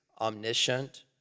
omniscient